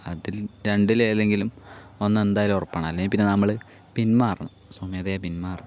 അതിൽ രണ്ടിൽ ഏതെങ്കിലും ഒന്ന് എന്തായാലും ഉറപ്പാണ് അല്ലെങ്കിൽ പിന്നെ നമ്മൾ പിന്മാറണം സ്വമേധയാ പിന്മാറണം